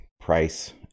price